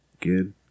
good